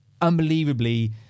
Unbelievably